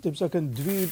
taip sakant dvi